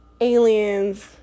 Aliens